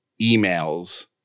emails